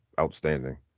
outstanding